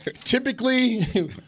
typically